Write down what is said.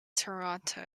toronto